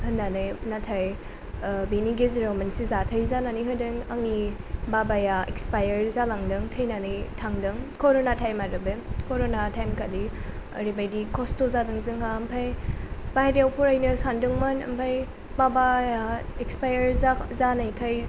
होननानै नाथाय बेनि गेजेराव मोनसे जाथाय जानानै होदों आंनि बाबाया एक्सपायारड जालांदों थैनानै थांदों कर'ना टाइम आरो बे कर'ना टाइमखालि ओरैबायदि खस्थ' जादों जोंहा ओमफ्राय बायहेरायाव फरायनो सानदोंमोन ओमफ्राय बाबाया एक्सपायारड जानायखाय